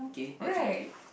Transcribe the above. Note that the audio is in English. alright